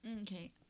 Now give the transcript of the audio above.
okay